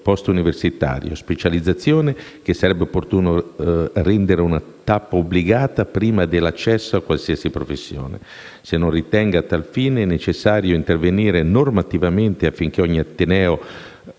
*post-*universitario, specializzazione che sarebbe opportuno rendere una tappa obbligata prima dell'accesso a qualsiasi professione. Le chiedo, inoltre, se non ritenga a tal fine necessario intervenire normativamente affinché ogni ateneo